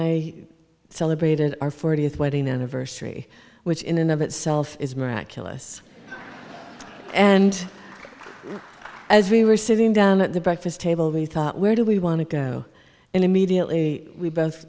i celebrated our fortieth wedding anniversary which in and of itself is miraculous and as we were sitting down at the breakfast table we thought where do we want to go in immediately we both